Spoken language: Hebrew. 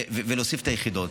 בפריפריה ולהוסיף את היחידות.